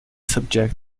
subject